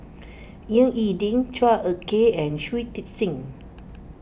Ying E Ding Chua Ek Kay and Shui Tit Sing